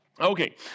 Okay